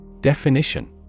Definition